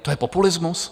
To je populismus?